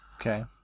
Okay